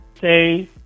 say